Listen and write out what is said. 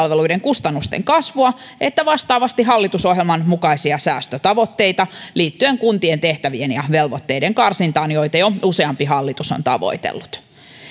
palveluiden kustannusten kasvua sekä vastaavasti hallitusohjelman mukaisia säästötavoitteita liittyen kuntien tehtävien ja velvoitteiden karsintaan joita jo useampi hallitus on tavoitellut